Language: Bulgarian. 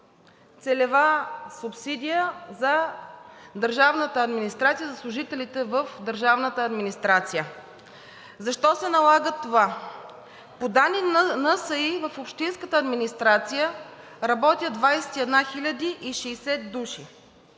целева субсидия за държавната администрация, за служителите в държавната администрация. Защо се налага това? По данни на НСИ в общинската администрация работят 21 060 души.